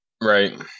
right